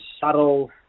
subtle